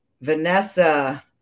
Vanessa